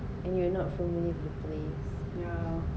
and you are not familiar with place